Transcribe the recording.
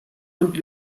und